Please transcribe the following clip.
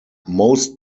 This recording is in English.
most